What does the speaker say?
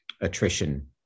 attrition